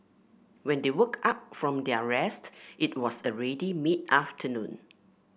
when they woke up from their rest it was already mid afternoon